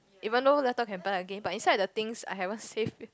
even though laptop can buy again but inside the things I haven't save